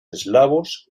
eslavos